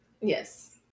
Yes